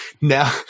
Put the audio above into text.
now